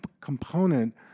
component